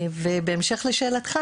בהמשך לשאלתך,